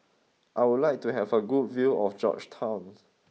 I would like to have a good view of Georgetown